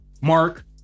Mark